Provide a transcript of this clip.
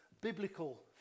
biblical